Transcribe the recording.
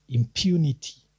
impunity